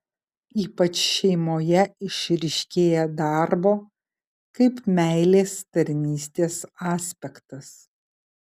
ypač šeimoje išryškėja darbo kaip meilės tarnystės aspektas